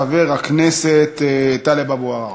חבר הכנסת טלב אבו עראר.